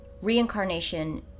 reincarnation